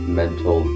mental